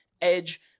edge